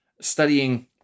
studying